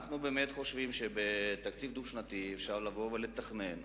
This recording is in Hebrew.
אנחנו באמת חושבים שבתקציב דו-שנתי אפשר לבוא ולתכנן,